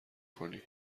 کنی